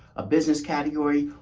a business category,